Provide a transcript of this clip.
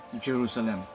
Jerusalem